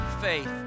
faith